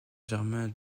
germain